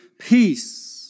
peace